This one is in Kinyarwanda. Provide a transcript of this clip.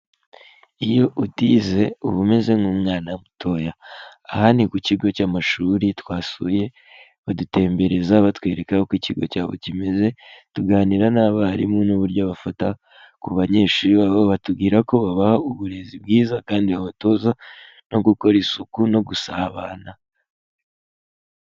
Iyo utize uba umeze nk'umwana mutoya. Aha ni ku kigo cy'amashuri twasuye, badutembereza batwereka uko ikigo cyabo kimeze, tuganira n'abarimu n'uburyo bafata ku banyeshuri babo, batubwira ko babaha uburezi bwiza, kandi babatoza no gukora isuku, no gusabana.